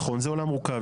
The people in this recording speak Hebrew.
נכון, זה עולם מורכב.